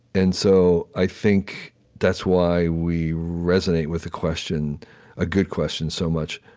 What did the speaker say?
and so i think that's why we resonate with a question a good question so much,